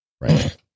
right